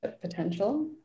potential